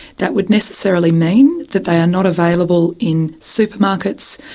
that would necessarily mean that they are not available in supermarkets,